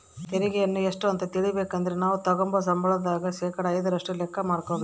ತೆರಿಗೆಯನ್ನ ಎಷ್ಟು ಅಂತ ತಿಳಿಬೇಕಂದ್ರ ನಾವು ತಗಂಬೋ ಸಂಬಳದಾಗ ಶೇಕಡಾ ಐದರಷ್ಟು ಲೆಕ್ಕ ಮಾಡಕಬೇಕು